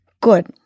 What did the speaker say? Good